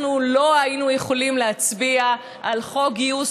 אנחנו לא היינו יכולים להצביע על חוק גיוס,